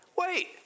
wait